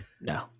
No